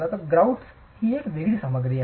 तर ग्रॉउट स्वतः एक वेगळी सामग्री आहे